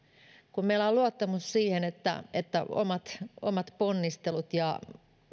kun meillä on luottamus siihen että että omat omat ponnistelut ja